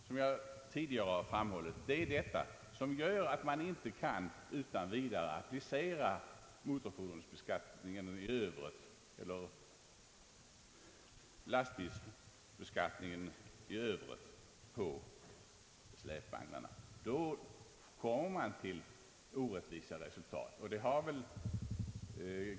Som jag tidigare framhållit är det detta som gör att man inte utan vidare kan applicera lastbilsbeskattningen i övrigt på släpvagnarna — då kommer man till orättvisa resultat.